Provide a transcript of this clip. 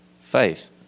faith